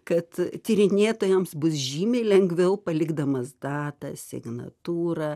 kad tyrinėtojams bus žymiai lengviau palikdamas datą signatūrą